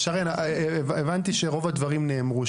הבנתי שרוב הדברים נאמרו,